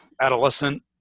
adolescent